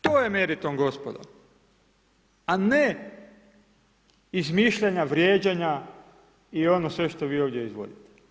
To je meritum gospodo a ne izmišljanja, vrijeđanja i ono sve što vi ovdje izvodite.